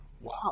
Wow